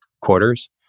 quarters